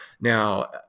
now